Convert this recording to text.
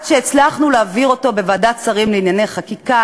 עד שהצלחנו להעביר אותו בוועדת שרים לענייני חקיקה,